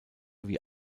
wie